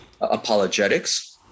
apologetics